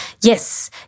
Yes